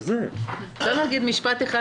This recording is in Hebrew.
אפשר להגיד משפט אחד?